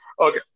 Okay